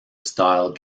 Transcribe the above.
style